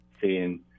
seeing